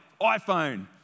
iPhone